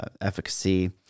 efficacy